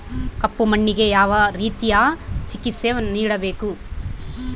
ಕಪ್ಪು ಮಣ್ಣಿಗೆ ಯಾವ ರೇತಿಯ ಚಿಕಿತ್ಸೆ ನೇಡಬೇಕು?